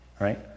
right